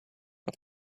off